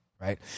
right